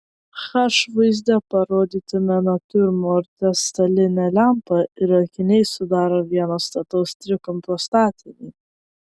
h vaizde parodytame natiurmorte stalinė lempa ir akiniai sudaro vieną stataus trikampio statinį